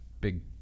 big